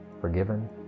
forgiven